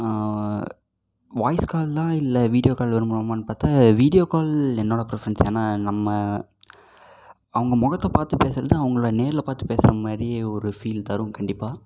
voice call தான் இல்லை video call விரும்புறோமான்னு பார்த்தா வீடியோ கால் என்னோட ப்ரிஃபரன்ஸ் ஏன்னா நம்ம அவங்க முகத்தை பார்த்து பேசுகிறது அவங்கள நேரில் பார்த்து பேசுறமாதிரியே ஒரு ஃபீல் தரும் கண்டிப்பாக